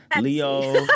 leo